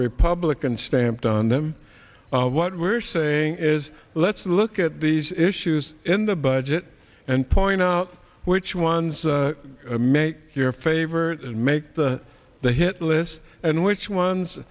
republican stamped on them what we're saying is let's look at these issues in the budget and point out which ones make your favorite and make the hit list and which ones